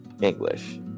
english